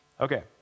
Okay